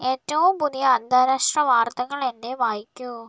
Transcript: ഏറ്റവും പുതിയ അന്താരാഷ്ട്ര വാർത്തകൾ എന്നെ വായിക്കൂ